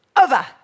over